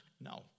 No